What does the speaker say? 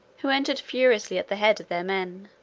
who entered furiously at the head of their men